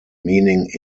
meaning